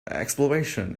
exploration